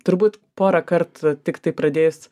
turbūt porąkart tiktai pradės